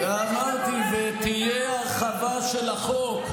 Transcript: אמרתי שתהיה הרחבה של החוק.